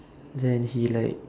then he like